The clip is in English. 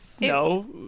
No